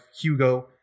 Hugo